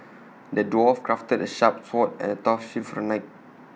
the dwarf crafted A sharp sword and A tough shield for the knight